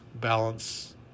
balance